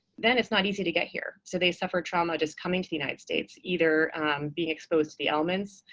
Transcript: then, it's not easy to get here. so they suffer trauma just coming to the united states, either being exposed to the elements,